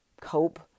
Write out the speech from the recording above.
cope